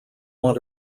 want